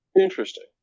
Interesting